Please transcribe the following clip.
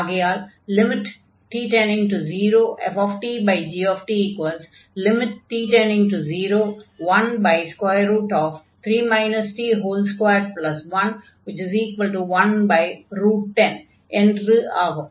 ஆகையால் ftgt t→013 t21110 என்று ஆகும்